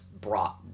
brought